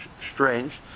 strange